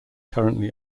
currently